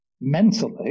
mentally